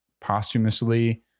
posthumously